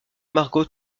margot